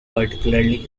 particularly